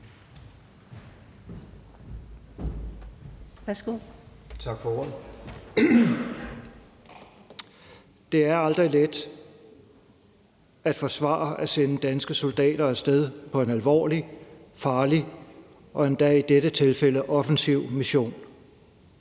Det er aldrig let at forsvare at sende danske soldater af sted på en alvorlig, farlig og endda i dette tilfælde offensiv mission.